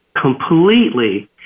completely